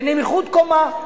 בנמיכות קומה.